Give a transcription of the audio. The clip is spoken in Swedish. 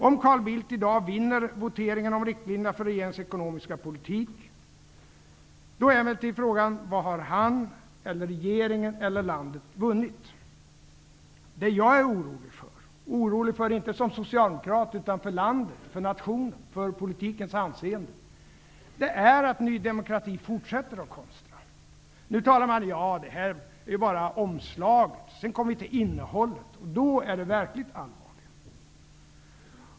Om Carl Bildt i dag vinner voteringen om riktlinjerna för regeringens ekonomiska politik, är emellertid frågan: Vad har han, regeringen eller landet vunnit? Det jag är orolig för -- orolig inte som socialdemokrat utan för landet, nationen och politikens anseende -- är att Ny demokrati fortsätter att konstra. Nu säger man: Ja, det här är bara omslag, sedan kommer vi till innehållet. Då är det verkligt allvar.